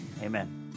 amen